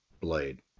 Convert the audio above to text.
blade